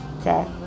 Okay